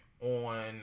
on